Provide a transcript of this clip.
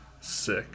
sick